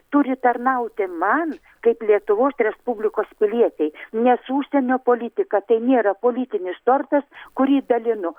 turi tarnauti man kaip lietuvos respublikos pilietei nes užsienio politika tai nėra politinis tortas kurį dalinu